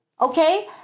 okay